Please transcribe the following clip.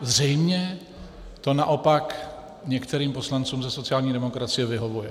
Zřejmě to naopak některým poslancům ze sociální demokracie vyhovuje.